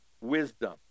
wisdom